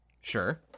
Sure